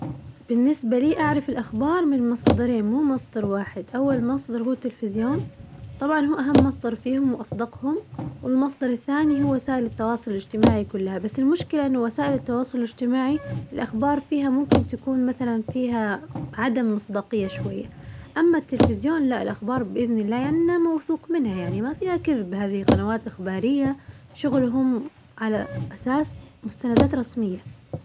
بالنسبة لي أعرف الأخبار من مصدرين مو مصدر واحد، أول مصدر هو التلفزيون طبعاً هو أهم مصدر فيهم وأصدقهم، والمصدر الثاني هو وسائل التواصل الاجتماعي كلها بس المشكلة إنه وسائل التواصل الاجتماعي الأخبار فيها ممكن تكون مثلاً فيها عدم مصداقية شوية، أما التلفزيون لا الأخبار بإذن الله موثوق منها يعني ما فيها كذب هذي قنوات إخبارية شغلهم على أساس مستندات رسمية.